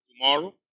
tomorrow